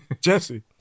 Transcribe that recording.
Jesse